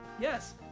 Yes